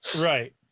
Right